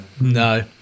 No